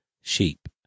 sheep